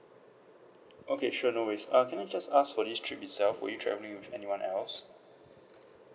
okay sure no worries uh can I just ask for this trip itself were you travelling with anyone else